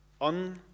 on